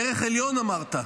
ערך עליון אמרת,